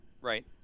right